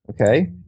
Okay